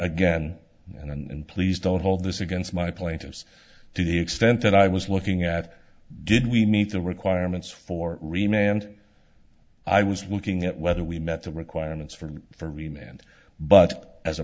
again and please don't hold this against my plaintiffs to the extent that i was looking at did we meet the requirements for remained i was looking at whether we met the requirements for for me man but as a